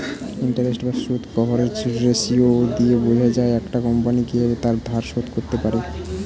interest বা সুদ coverage ratio দিয়ে বোঝা যায় একটা কোম্পানি কিভাবে তার ধার শোধ করতে পারে